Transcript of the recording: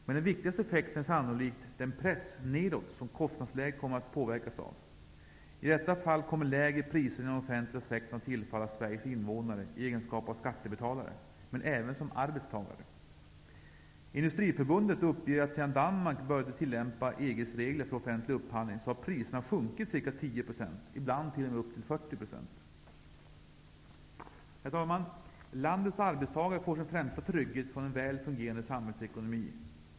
Men den viktigaste effekten är sannolikt den press nedåt som konstnadsläget kommer att påverkas av. I detta fall kommer lägre priser inom den offentliga sektorn att tillfalla Sveriges invånare i egenskap av skattebetalare -- men även som arbetstagare. Industriförbundet uppger att sedan Danmark började tillämpa EG:s regler för offentlig upphandling har priserna sjunkit ca 10 %-- ibland t.o.m. upp till 40 %. Herr talman! Landets arbetstagare får sin främsta trygghet från en väl fungerande samhällsekonomi.